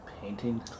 painting